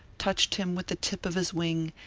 touched him with the tip of his wing,